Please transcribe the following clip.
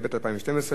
התשע"ב 2012,